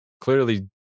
Clearly